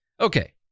Okay